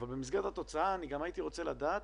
במסגרת התוצאה גם הייתי רוצה לדעת